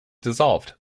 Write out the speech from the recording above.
dissolved